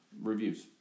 Reviews